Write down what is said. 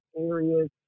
areas